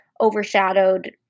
overshadowed